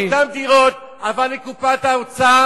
כל ה-20% שהתקבלו מאותן דירות עברו לקופת האוצר,